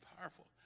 powerful